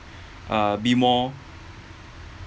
uh be more